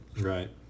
Right